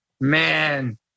man